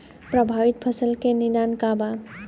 प्रभावित फसल के निदान का बा?